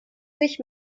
sich